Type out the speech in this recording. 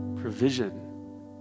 provision